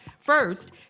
First